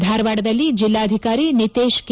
ಧಾರವಾಡದಲ್ಲಿ ಜಿಲ್ಲಾಧಿಕಾರಿ ನಿತೇಶ್ ಕೆ